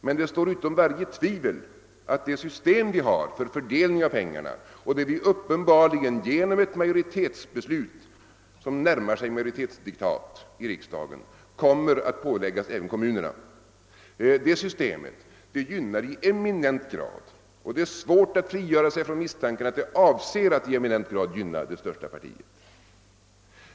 Men det står utom varje tvivel att det system som vi har för fördelning av pengarna och det som vi uppenbarligen genom majoritetsbeslut, som närmar sig majoritetsdiktat, i riksdagen kommer att pålägga även kommunerna gynnar i eminent grad det största partiet — och det är svårt att frigöra sig från misstanken att avsikten är att i eminent grad gynna det största partiet.